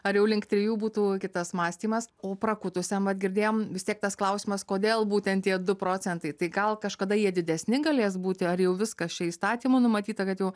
ar jau link trijų būtų kitas mąstymas o prakutusiam vat girdėjom vis tiek tas klausimas kodėl būtent tie du procentai tai gal kažkada jie didesni galės būti ar jau viskas čia įstatymu numatyta kad jau